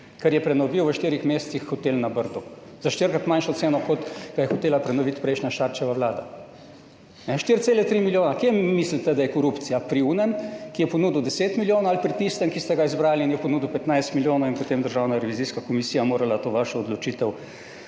ker je prenovil v štirih mesecih hotel na Brdu, za štirikrat manjšo ceno kot ga je hotela prenoviti prejšnja Šarčeva vlada. 4,3 Milijone. Kje mislite, da je korupcija? Pri onem, ki je ponudil 10 milijonov ali pri tistem, ki ste ga izbrali in je ponudil 15 milijonov in je potem Državna revizijska komisija morala to vašo odločitev